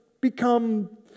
become